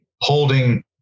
holding